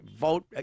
vote